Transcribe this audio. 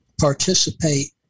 participate